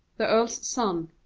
the earl's son